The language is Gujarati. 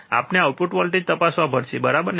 આપણે આઉટપુટ વોલ્ટેજ તપાસવા પડશે બરાબર ને